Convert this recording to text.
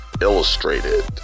illustrated